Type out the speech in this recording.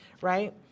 right